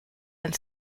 and